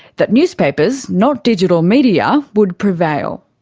that newspapers, not digital media, would prevail.